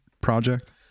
project